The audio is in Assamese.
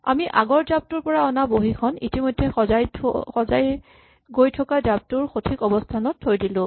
আমি আগৰ জাপটোৰ পৰা অনা বহীখন ইতিমধ্যে সজাই গৈ থকা জাপটোৰ সঠিক অৱস্হানত থৈ দিলো